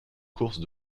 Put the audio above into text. courses